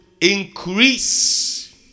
increase